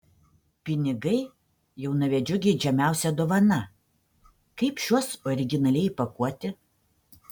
pinigai jaunavedžių geidžiamiausia dovana kaip šiuos originaliai įpakuoti